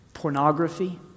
Pornography